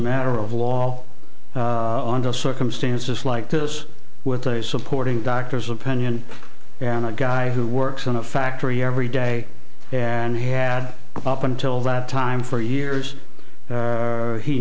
matter of law under circumstances like this with a supporting doctor's opinion and a guy who works in a factory every day and had up until that time for years